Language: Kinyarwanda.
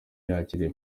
yakiriye